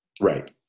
Right